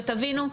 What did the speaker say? שתבינו,